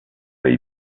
est